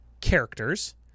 characters